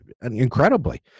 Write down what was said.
Incredibly